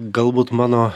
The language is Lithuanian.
galbūt mano